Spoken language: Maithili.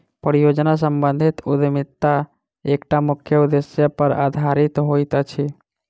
परियोजना सम्बंधित उद्यमिता एकटा मुख्य उदेश्य पर आधारित होइत अछि